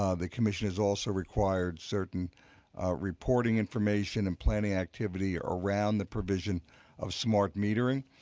um the commission has also required certain reporting information and planning activity around the provision of smart metering.